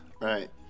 right